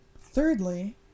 Thirdly